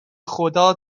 خدا